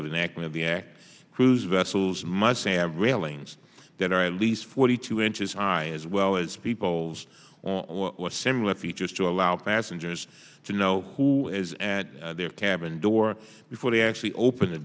of an act of the act whose vessels much have railings that are at least forty two inches high as well as people's similar features to allow passengers to know who is at their cabin door before they actually open the